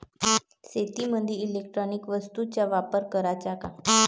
शेतीमंदी इलेक्ट्रॉनिक वस्तूचा वापर कराचा का?